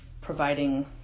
providing